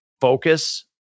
focus